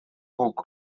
guk